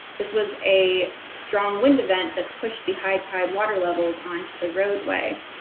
this was a strong wind event that pushed the high tide water levels onto the roadway.